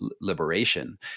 liberation